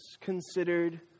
considered